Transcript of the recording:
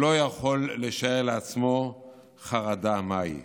לא יכול לשער לעצמו חרדה מהי.